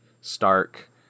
stark